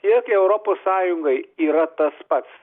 tiek europos sąjungai yra tas pats